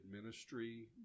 ministry